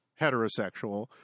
heterosexual